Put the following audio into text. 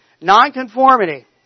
Nonconformity